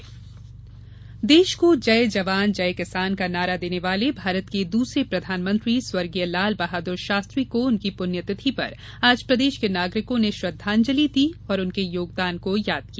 पुण्यतिथि शास्त्री देश को जय जवान जय किसान का नारा देने वाले भारत के दूसरे प्रधानमंत्री स्वर्गीय लाल बहादुर शास्त्री को उनकी पुण्य तिथि पर आज प्रदेश के नागरिकों ने श्रद्वांजलि दी और उनके योगदान को याद किया